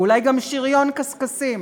ואולי גם שריון קשקשים.